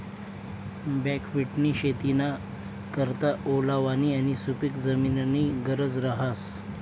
बकव्हिटनी शेतीना करता ओलावानी आणि सुपिक जमीननी गरज रहास